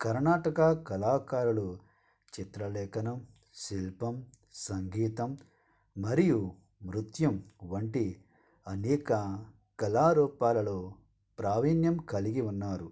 కర్ణాటక కళాకారులు చిత్రలేఖనం శిల్పం సంగీతం మరియు నృత్యం వంటి అనేక కళారూపాలలో ప్రావీణ్యం కలిగి ఉన్నారు